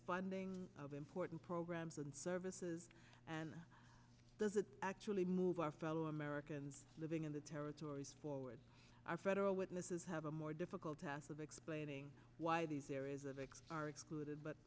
funding of important programs and services and does it actually move our fellow americans living in the territories forward our federal witnesses have a more difficult task of explaining why these areas of x are excluded but